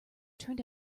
turned